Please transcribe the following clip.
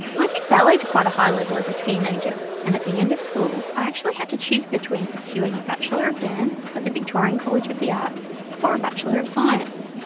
i did ballet to quite a high level as teenager, and at the end of school i actually had to choose between pursuing a bachelor of dance at the victorian college of the arts or a bachelor of science.